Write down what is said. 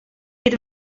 gyda